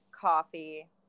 coffee